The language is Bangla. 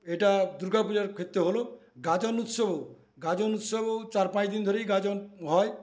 এটা দুর্গাপূজার ক্ষেত্রে হলো গাজন উৎসবও গাজন উসসবও চার পাঁচ দিন ধরেই গাজন হয়